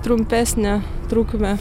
trumpesnę trukmę